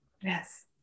Yes